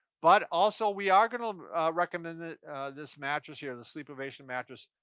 but also, we are gonna recommend that this mattress here, this sleepovation mattress.